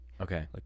Okay